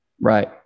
Right